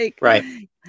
right